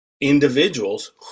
individuals